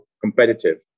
competitive